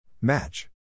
Match